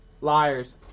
Liars